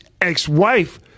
ex-wife